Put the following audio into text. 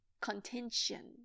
contention